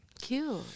Cute